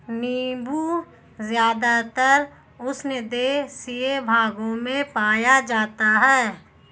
नीबू ज़्यादातर उष्णदेशीय भागों में पाया जाता है